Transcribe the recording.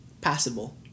passable